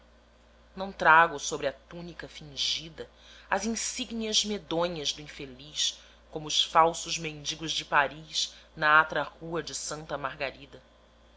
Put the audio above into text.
não trago sobre a túnica fingida as insígnias medonhas do infeliz como os falsos mendigos de paris na atra rua de santa margarida